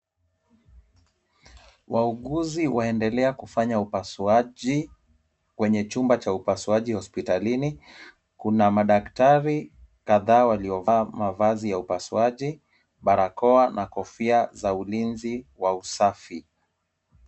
Wauguzi waendelea kufanya upasuaji kwenye chumba cha upasuaji hospitalini. Kuna madaktari kadhaa waliovaa mavazi ya upasuaji ,barakoa na kofia za ulinzi wa usafi.